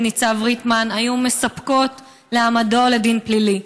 ניצב ריטמן היו מספקות להעמדתו לדין פלילי.